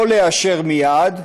או לאשר מייד,